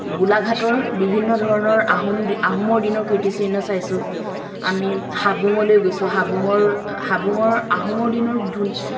গোলাঘাটৰ বিভিন্ন ধৰণৰ আহোমৰ দিনৰ কীৰ্তিচিহ্ন চাইছোঁ আমি হাবুঙলৈ গৈছোঁ হাবুঙৰ আহোমৰ দিনৰ